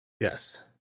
Yes